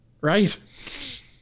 right